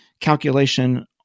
calculation